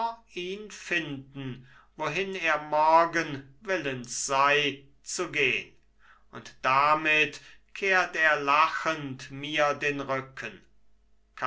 ihn finden wohin er morgen willens sei zu gehn und damit kehrt er lachend mir den rücken